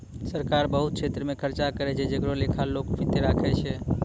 सरकार बहुत छेत्र मे खर्चा करै छै जेकरो लेखा लोक वित्त राखै छै